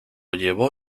llevó